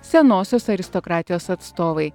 senosios aristokratijos atstovai